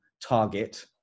target